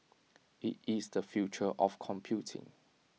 IT is the future of computing